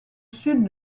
sud